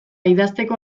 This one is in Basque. idazteko